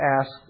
ask